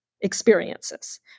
experiences